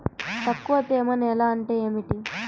తక్కువ తేమ నేల అంటే ఏమిటి?